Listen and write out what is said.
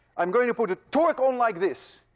i'm going to put a torque on like this,